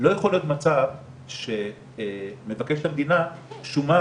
אלא לגבי המתודולוגיה שהראתה שזה פרויקט